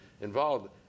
involved